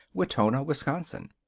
wetona, wisconsin.